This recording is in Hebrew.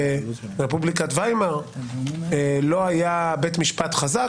שברפובליקת ויימאר לא היה בית משפט חזק,